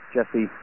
Jesse